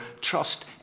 trust